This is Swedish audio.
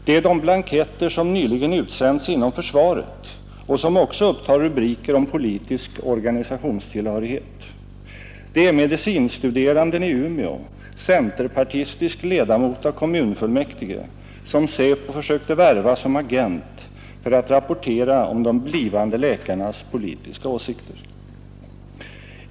Det är de blanketter som nyligen utsänts inom försvaret och som också upptar rubriker om politisk organisationstillhörighet. Det är medicinstuderanden i Umeå, centerpartistisk ledamot av kommunfullmäktige, som SÄPO försökte värva som agent för att rapportera om de blivande läkarnas politiska åsikter.